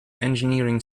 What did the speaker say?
engineering